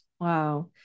Wow